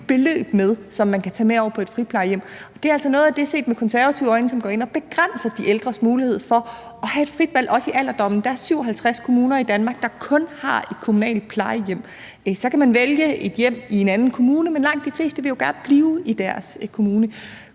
beløb med, som man kan tage med over på et friplejehjem. Og det er altså noget af det, der set med konservative øjne går ind og begrænser de ældres mulighed for at have et frit valg også i alderdommen. Der er 57 kommuner i Danmark, der kun har et kommunalt plejehjem. Så kan man vælge et hjem i en anden kommune, men langt de fleste vil jo gerne blive i deres kommune.